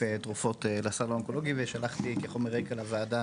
תרופות לסל האונקולוגי ושלחתי כחומרי רקע לוועדה